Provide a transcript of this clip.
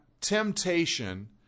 temptation